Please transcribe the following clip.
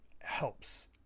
helps